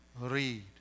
read